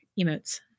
emotes